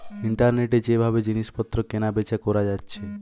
ইন্টারনেটে যে ভাবে জিনিস পত্র কেনা বেচা কোরা যাচ্ছে